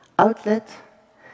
Outlet